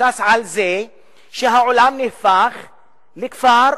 מבוסס על זה שהעולם נהפך לכפר,